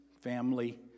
family